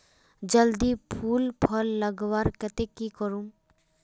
जल्दी फूल फल लगवार केते की करूम?